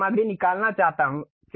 मैं सामग्री निकालना चाहता हूं